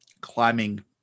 climbing